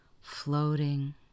floating